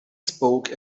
spoke